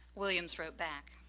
williams wrote back